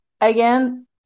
Again